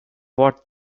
what